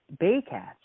Baycats